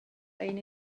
ein